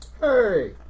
Hey